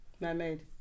Man-made